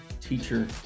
teacher